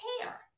care